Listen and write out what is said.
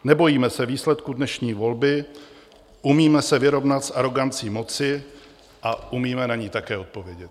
Nebojíme se výsledků dnešní volby, umíme se vyrovnat s arogancí moci a umíme na ni také odpovědět.